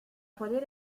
poder